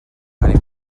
anem